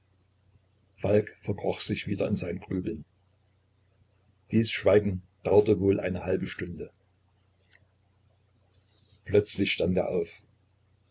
falk verkroch sich wieder in sein grübeln dies schweigen dauerte wohl eine halbe stunde plötzlich stand er auf